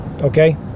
okay